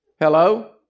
Hello